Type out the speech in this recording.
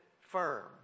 firm